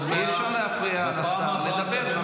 אי-אפשר להפריע לשר לדבר באי-אמון.